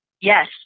Yes